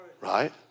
right